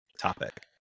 topic